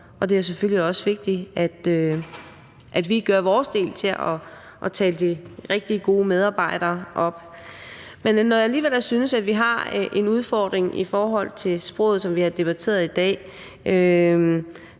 og det er selvfølgelig også vigtigt, at vi gør vores del for at tale de rigtig gode medarbejdere op. Når jeg alligevel synes, at vi har en udfordring i forhold til sproget, som vi har debatteret i dag,